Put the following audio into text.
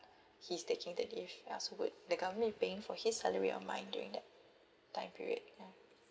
he's taking the leave ya so would the government be paying for his salary or mine during that time period ya